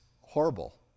horrible